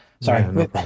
Sorry